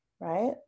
right